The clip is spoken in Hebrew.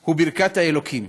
הוא ברכת האלוקים.